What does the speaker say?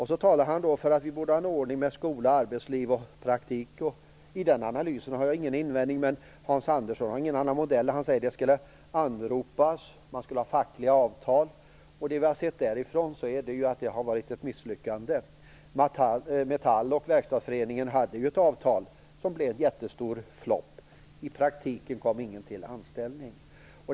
Hans Andersson talar för att vi borde ha en ordning med skola-arbetsliv-praktik. Jag har ingen invändning mot den analysen. Men Hans Andersson har ingen annan modell. Han säger att det skall avropas och att det skall vara fackliga avtal. Det vi har sett på det området är ett misslyckande. Metall och Verkstadsföreningen hade ju ett avtal som blev en jättestor flopp; i praktiken kom ingen till anställning.